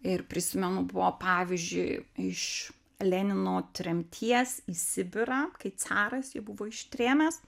ir prisimenu buvo pavyzdžiui iš lenino tremties į sibirą kai caras jį buvo ištrėmęs